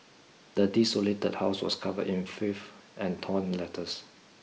the desolated house was covered in filth and torn letters